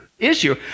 issue